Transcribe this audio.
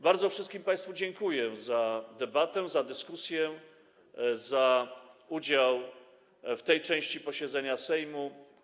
Bardzo wszystkim państwu dziękuję za debatę, za dyskusję, za udział w tej części posiedzenia Sejmu.